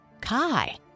Kai